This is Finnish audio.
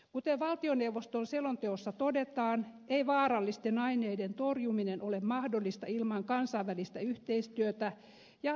kuten valtioneuvoston selonteossa todetaan ei vaarallisten aineiden torjuminen ole mahdollista ilman kansainvälistä yhteistyötä ja eu tason sääntelyä